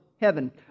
heaven